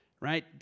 right